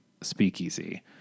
speakeasy